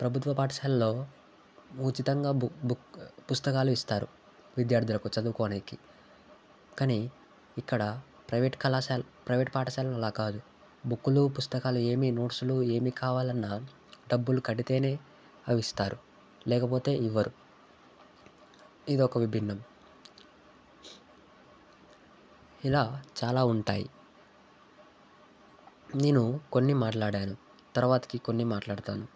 ప్రభుత్వ పాఠశాలలో ఉచితంగా బుక్ పుస్తకాలు ఇస్తారు విద్యార్థులకు చదువుకోనికి కాని ఇక్కడ ప్రైవేట్ కళాశా ప్రైవేట్ పాఠశాలలు అలా కాదు బుక్కులు పుస్తకాలు ఏమీ నోట్స్లు ఏమి కావాలన్నా డబ్బులు కడితేనే అవి ఇస్తారు లేకపోతే ఇవ్వరు ఇదొక విభిన్నం ఇలా చాలా ఉంటాయి నేను కొన్ని మాట్లాడాను తర్వాతకి కొన్ని మాట్లాడుతాను